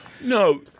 no